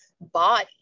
body